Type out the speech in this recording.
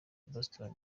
boston